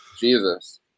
Jesus